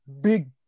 Big